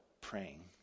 praying